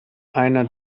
einer